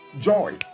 joy